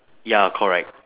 ya correct